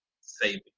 saving